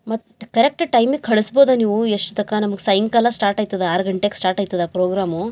ಮತ್ತು ಕರೆಕ್ಟ್ ಟೈಮಿಗೆ ಕಳಿಸ್ಬೋದ ನೀವು ಎಷ್ಟು ತನಕ ನಮಗೆ ಸೈಂಕಾಲ ಸ್ಟಾಟ್ ಆಯ್ತದ ಆರು ಗಂಟೆಗೆ ಸ್ಟಾಟ್ ಆಯ್ತದ ಪ್ರೋಗ್ರಾಮು